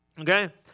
Okay